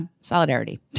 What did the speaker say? solidarity